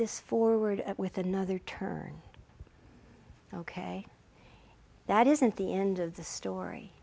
this forward with another turn ok that isn't the end of the story